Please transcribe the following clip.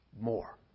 more